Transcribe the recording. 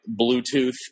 Bluetooth